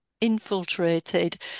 infiltrated